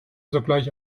sogleich